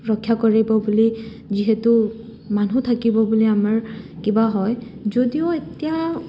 ৰক্ষা কৰিব বুলি যিহেতু মানুহ থাকিব বুলি আমাৰ কিবা হয় যদিও এতিয়া